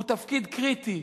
הוא תפקיד קריטי.